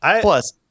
plus